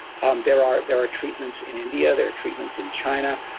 um there are there are treatments in india, there are treatments in china,